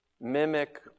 mimic